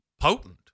potent